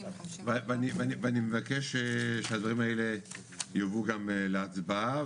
70 --- ואני מבקש שהדברים האלה יובאו גם להצבעה,